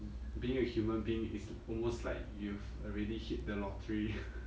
being a human being is almost like you've already hit the lottery